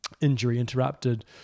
injury-interrupted